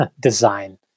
design